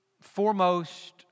foremost